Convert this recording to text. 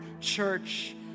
church